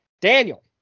Daniel